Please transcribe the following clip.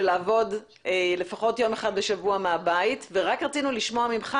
לעבוד לפחות יום אחד בשבוע מהבית ורק רצינו לשמוע ממך,